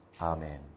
Amen